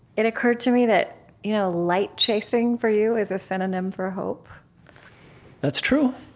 it occurred to me that you know light chasing for you is a synonym for hope that's true.